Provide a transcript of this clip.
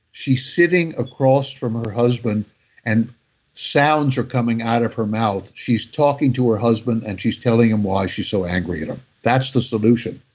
she's sitting across from her husband and sounds are coming out of her mouth. she's talking to her husband and she's telling him why she's so angry at him. that's the solution.